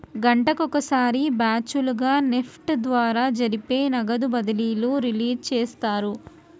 గంటకొక సారి బ్యాచ్ లుగా నెఫ్ట్ ద్వారా జరిపే నగదు బదిలీలు రిలీజ్ చేస్తారు